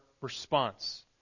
response